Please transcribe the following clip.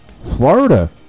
Florida